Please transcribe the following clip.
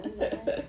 tahu lah hor